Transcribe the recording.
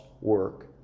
work